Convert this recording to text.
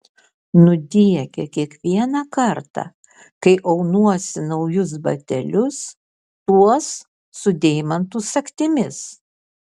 nudiegia kiekvieną kartą kai aunuosi naujus batelius tuos su deimantų sagtimis